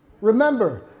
remember